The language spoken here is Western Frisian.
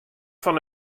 fan